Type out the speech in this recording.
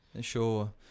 Sure